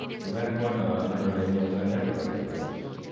from that point on, her name was on everybody's lips.